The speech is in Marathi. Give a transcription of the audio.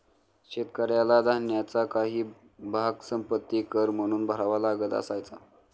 शेतकऱ्याला धान्याचा काही भाग संपत्ति कर म्हणून भरावा लागत असायचा